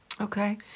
Okay